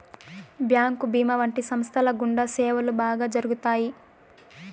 bank భీమా వంటి సంస్థల గుండా సేవలు బాగా జరుగుతాయి